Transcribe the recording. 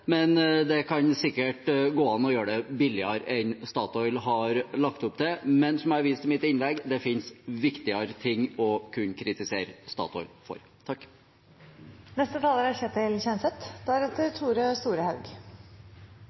men det kan sikkert gå an å gjøre det billigere enn det Statoil har lagt opp til. Men som jeg har vist til i mitt innlegg: Det finnes viktigere ting å kritisere Statoil for. Jeg synes ikke dette er